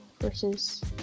versus